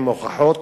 עם הוכחות